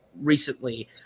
recently